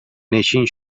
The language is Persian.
نشین